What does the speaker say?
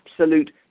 absolute